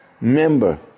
Member